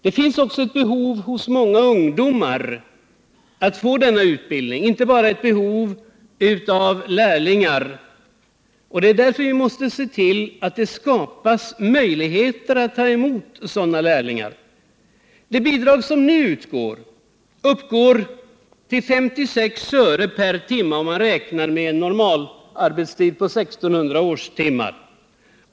Det finns också ett behov hos många ungdomar att få denna utbildning — inte bara ett behov hos hantverkarna av lärlingar. Det är därför vi måste se till att det för hantverket skapas möjligheter att ta emot sådana lärlingar. De bidrag som nu utgår uppgår till 56 öre per timme om man räknar med en normalarbetstid om 1 600 årstimmar.